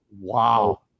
Wow